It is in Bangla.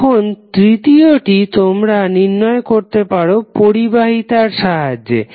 এখন তৃতীয়টি তোমরা নির্ণয় করতে পারো পরিবাহিতার সাহায্যে